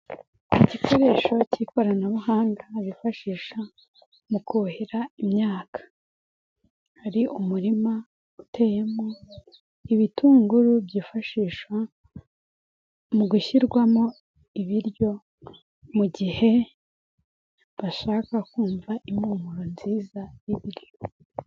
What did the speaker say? Igikoresho cy'ikoranabuhanga bifashisha mu kuhira imyaka, hari umurima uteyemo ibitunguru byifashishwa mu gushyirwamo ibiryo, mu gihe bashaka kumva impumuro nziza y'ibiriryo.